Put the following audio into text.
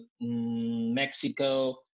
mexico